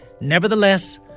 Nevertheless